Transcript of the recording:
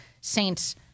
saints